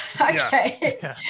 Okay